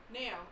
now